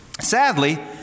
Sadly